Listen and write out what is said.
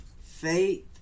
faith